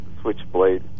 switchblade